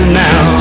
now